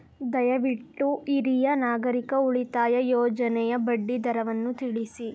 ದಯವಿಟ್ಟು ಹಿರಿಯ ನಾಗರಿಕರ ಉಳಿತಾಯ ಯೋಜನೆಯ ಬಡ್ಡಿ ದರವನ್ನು ತಿಳಿಸಿ